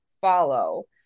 follow